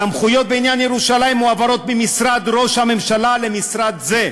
סמכויות בעניין ירושלים מועברות ממשרד ראש הממשלה למשרד זה,